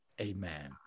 amen